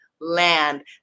land